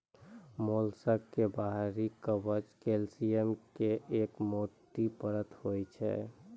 mollusc के बाहरी कवच कैल्सियम के एक मोटो परत होय छै